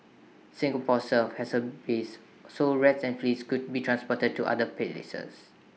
Singapore served has A base so rats and fleas could be transported to other places